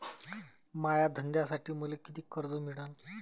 माया धंद्यासाठी मले कितीक कर्ज मिळनं?